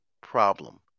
problem